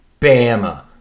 Bama